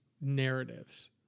narratives